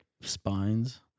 spines